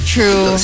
True